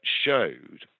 showed